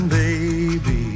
baby